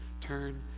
turn